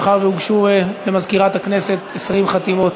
מאחר שהוגשו למזכירת הכנסת 20 חתימות